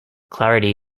clarity